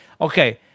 okay